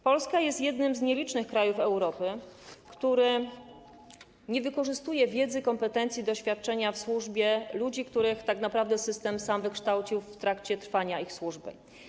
Polska jest jednym z nielicznych krajów Europy, które nie wykorzystują wiedzy, kompetencji i doświadczenia w służbie ludzi, których tak naprawdę system sam wykształcił w trakcie trwania ich służby.